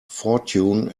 fortune